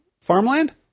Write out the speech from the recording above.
farmland